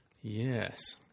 Yes